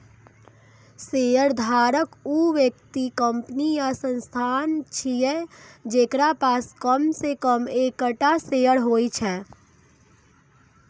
शेयरधारक ऊ व्यक्ति, कंपनी या संस्थान छियै, जेकरा पास कम सं कम एकटा शेयर होइ छै